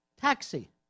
Taxi